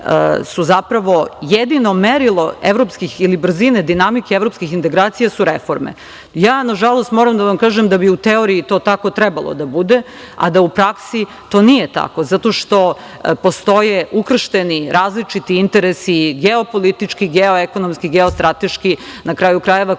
su zapravo jedino merilo evropskih ili brzine dinamike evropskih integracija su reforme. Nažalost, ja moram da vam kažem da bi u teoriji to tako trebalo da bude, a da u praksi to nije tako zato što postoje ukršteni, različiti interesi, geopolitički, geoekonomski, geostrateški, na kraju krajeva,